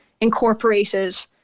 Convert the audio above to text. incorporated